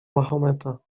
mahometa